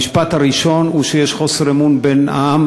המשפט הראשון הוא שיש חוסר אמון בין העם